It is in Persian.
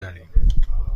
داریم